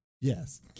Yes